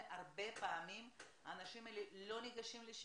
הרבה פעמים האנשים האלה לא ניגשים לשם.